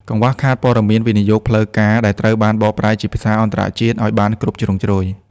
កង្វះខាតព័ត៌មានវិនិយោគផ្លូវការដែលត្រូវបានបកប្រែជាភាសាអន្តរជាតិ ឱ្យបានគ្រប់ជ្រុងជ្រោយ។